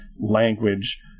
language